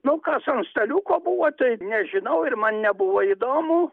nu kas ant staliuko buvo tai nežinau ir man nebuvo įdomu